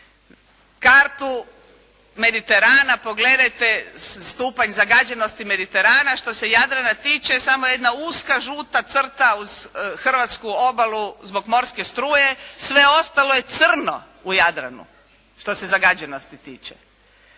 Kartu Mediterana pogledajte, stupanj zagađenosti Mediterana, što se Jadrana tiče samo jedna uska, žuta crta uz hrvatsku obalu zbog morske struje, sve ostalo je crno u Jadranu što se zagađenosti tiče.